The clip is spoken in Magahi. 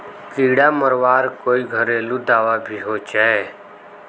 कीड़ा मरवार कोई घरेलू दाबा भी होचए?